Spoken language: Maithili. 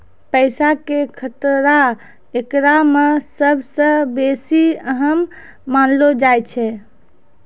पैसा के खतरा एकरा मे सभ से बेसी अहम मानलो जाय छै